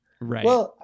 Right